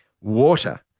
water